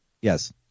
Yes